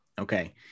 Okay